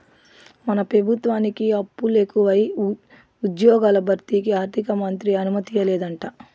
మన పెబుత్వానికి అప్పులెకువై ఉజ్జ్యోగాల భర్తీకి ఆర్థికమంత్రి అనుమతియ్యలేదంట